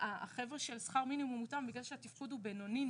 האנשים של שכר מינימום מותאם זה אנשים עם תפקוד נמוך,